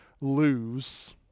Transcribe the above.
lose